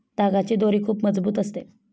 तागाची दोरी खूप मजबूत असते